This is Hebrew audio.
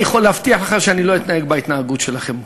אני יכול להבטיח לך שאני לא אתנהג בהתנהגות שלהם.